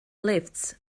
lifts